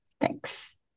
Thanks